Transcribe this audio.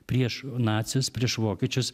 prieš nacius prieš vokiečius